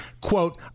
Quote